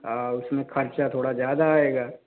हाँ उसमें ख़र्चा थोड़ा ज़्यादा आएगा